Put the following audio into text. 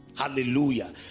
Hallelujah